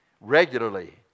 regularly